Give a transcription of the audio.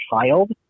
child